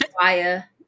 fire